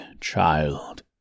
child